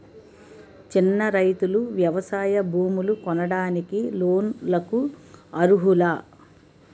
చిన్న రైతులు వ్యవసాయ భూములు కొనడానికి లోన్ లకు అర్హులా?